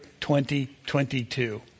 2022